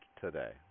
today